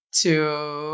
two